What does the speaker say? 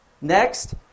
Next